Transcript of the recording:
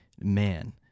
man